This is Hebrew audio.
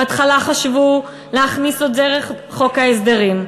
בהתחלה חשבו להכניס את זה דרך חוק ההסדרים,